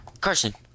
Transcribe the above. Carson